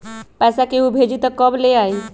पैसा केहु भेजी त कब ले आई?